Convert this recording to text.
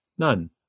None